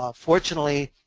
um fortunately,